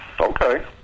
Okay